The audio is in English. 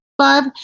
five